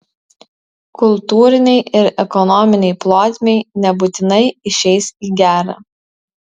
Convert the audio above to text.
kultūrinei ir ekonominei plotmei nebūtinai išeis į gerą